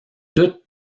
toutes